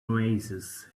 oasis